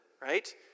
right